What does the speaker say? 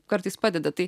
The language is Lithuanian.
kartais padeda tai